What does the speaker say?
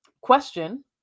question